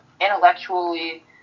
intellectually